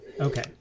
Okay